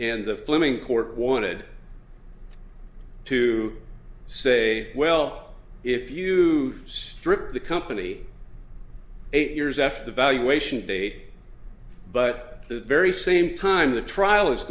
and the flaming court wanted to say well if you strip the company eight years after the valuation date but the very same time the trial is